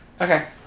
Okay